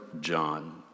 John